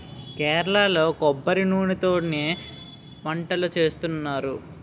కేరళలో కొబ్బరి నూనెతోనే వంటలు చేస్తారు